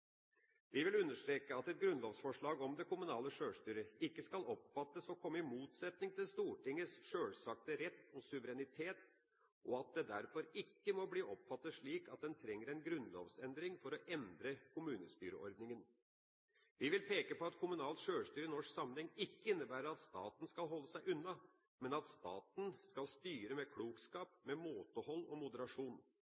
Vi vil understreke at et grunnlovsforslag om det kommunale sjølstyret ikke skal oppfattes å komme i motsetning til Stortingets sjølsagte rett og suverenitet, og at det derfor ikke må bli oppfattet slik at en trenger en grunnlovsendring for å endre kommunestyreordningen. Vi vil peke på at kommunalt sjølstyre i norsk sammenheng ikke innebærer at staten skal holde seg unna, men at staten skal styre med